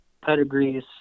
pedigrees